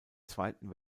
zweiten